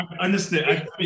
understand